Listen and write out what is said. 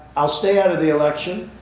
i'll stay out of the election.